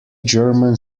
german